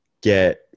get